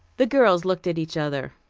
the girls looked at each other.